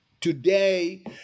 today